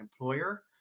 employer